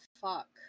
fuck